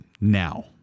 now